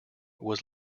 was